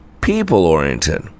people-oriented